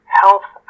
health